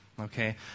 Okay